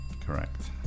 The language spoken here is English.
Correct